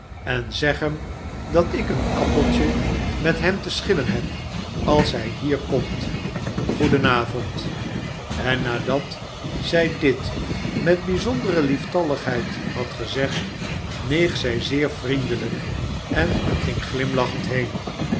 en zeg hem dat ik een appeltje met hemte schillen heb als hij hier komt goeden avond en nadat zij dit met bijzondere lieftalligheid had gezegd neeg zij zeer vriendelijk en ging glimlachend heen